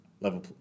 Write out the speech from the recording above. level